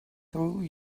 through